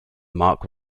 mark